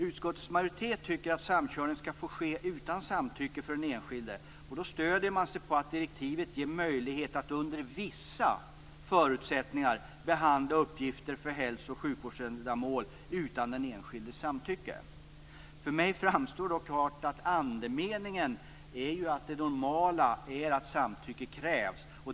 Utskottets majoritet tycker att samkörning skall få ske utan samtycke från den enskilde och stöder sig på att direktivet ger möjlighet att under vissa förutsättningar behandla uppgifter för hälso och sjukvårdsändamål utan den enskildes samtycke. För mig framstår det dock klart att andemeningen är att det normala är att samtycke krävs.